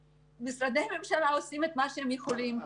משרדי הממשלה עושים את מה שהם יכולים,